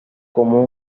como